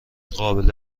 قابل